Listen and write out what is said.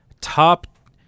top